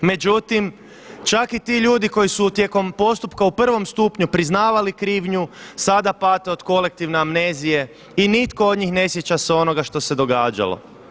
Međutim, čak i ti ljudi koji su tijekom postupka u prvom stupnju priznavali krivnju sada pate od kolektivne amnezije i nitko od njih ne sjeća se onoga što se događalo.